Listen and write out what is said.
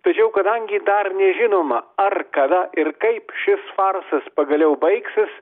tačiau kadangi dar nežinoma ar kada ir kaip šis farsas pagaliau baigsis